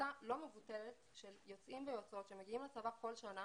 שקבוצה לא מבוטלת של יוצאים ויוצאות שמגיעה לצבא כל שנה